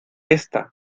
esta